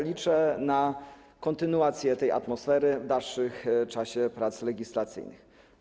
Liczę na kontynuację tej atmosfery w dalszym czasie prac legislacyjnych.